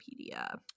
Wikipedia